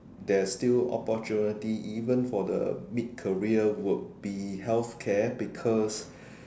there's still opportunity even for the mid career would be healthcare because